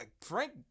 Frank